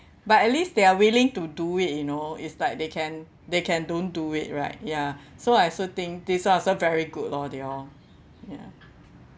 but at least they are willing to do it you know it's like they can they can don't do it right ya so I also think this one also very good lor they all ya